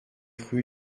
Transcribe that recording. rue